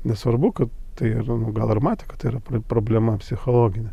nesvarbu kad tai ar gal ir matė kad tai yra problema psichologine